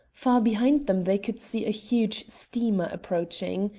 far behind them they could see a huge steamer approaching.